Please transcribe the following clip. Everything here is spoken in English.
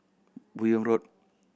Buyong Road